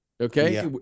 Okay